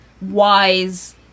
wise